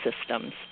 systems